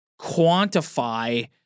quantify